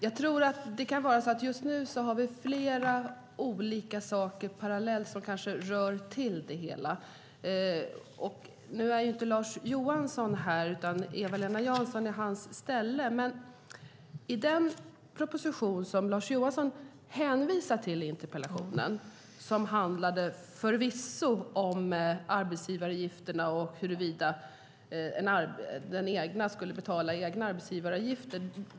Fru talman! Just nu talar vi om flera olika saker parallellt som kanske rör till det hela. Nu är inte Lars Johansson här utan det är Eva-Lena Jansson som tar emot svaret i hans ställe. Den proposition som Lars Johansson hänvisar till i interpellationen handlade förvisso om arbetsgivaravgifterna och huruvida den anställde ska betala egenavgifter.